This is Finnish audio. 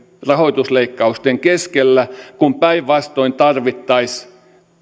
rahoitusleikkausten keskellä kun päinvastoin tarvittaisiin